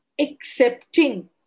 accepting